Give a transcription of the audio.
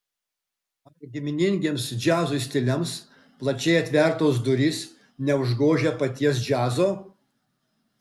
ar giminingiems džiazui stiliams plačiai atvertos durys neužgožia paties džiazo